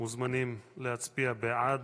מוזמנים להצביע בעד,